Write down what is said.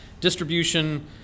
distribution